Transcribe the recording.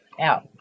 out